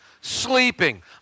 Sleeping